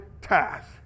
task